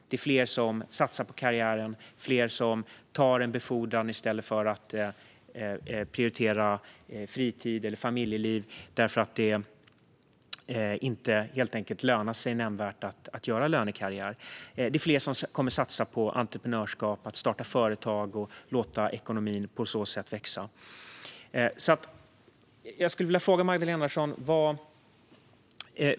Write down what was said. Det är fler som satsar på karriären, och det är fler som tar en befordran i stället för att prioritera fritid eller familjeliv eftersom det helt enkelt inte lönar sig nämnvärt att göra lönekarriär. Fler kommer att satsa på entreprenörskap och att starta företag och på så sätt låta ekonomin växa. Jag skulle vilja fråga Magdalena Andersson följande.